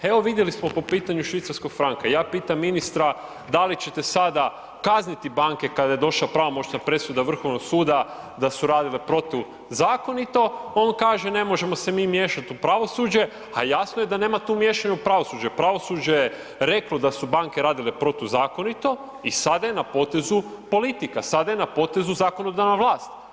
Evo vidjeli smo po pitanju švicarskog franka, ja pitam ministra da li ćete sada kazniti banke kada je došla pravomoćna presuda Vrhovnog suda da su radile protuzakonito, on kaže ne možemo se mi miješat u pravosuđe, a jasno je da nema tu miješanja u pravosuđe, pravosuđe je reklo da su banke radile protuzakonito i sada je na potezu politika, sada je na potezu zakonodavna vlast.